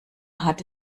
hatte